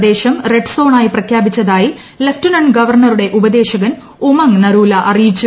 പ്രദേശം റെഡ് സോണായി പ്രഖ്യാപിച്ചതായി ലഫ്റ്റനന്റ് ഗവർണറുടെ ഉപദേശകൻ ഉമംഗ് നരൂല അറിയിച്ചു